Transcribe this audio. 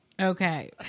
Okay